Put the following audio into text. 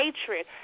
hatred